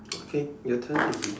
okay your turn will be